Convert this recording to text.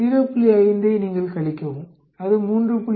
5 ஐ நீங்கள் கழிக்கவும் அது 3